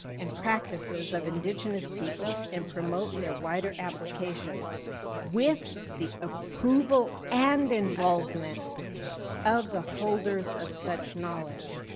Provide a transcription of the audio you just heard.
and practices of indigenous people and promote their wider application with the approval and involvement of the holders of such knowledge.